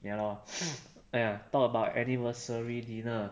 ya lor ah talk about anniversary dinner